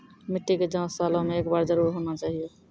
मिट्टी के जाँच सालों मे एक बार जरूर होना चाहियो?